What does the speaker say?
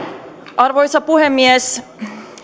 arvoisa puhemies